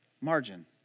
Margin